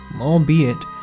albeit